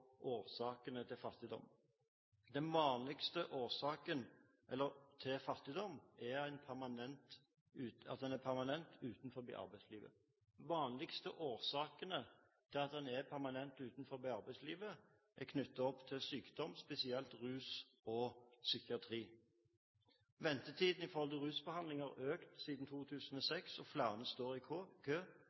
årsakene til fattigdom. Den vanligste årsaken til fattigdom er at en er permanent utenfor arbeidslivet. De vanligste årsakene til at en er permanent utenfor arbeidslivet, er knyttet til sykdom, spesielt rus og psykiatri. Ventetiden på rusbehandling har økt siden 2006, og flere står i kø. Det er 2 900 rusavhengige i dag som står i kø